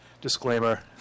Disclaimer